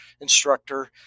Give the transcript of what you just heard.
instructor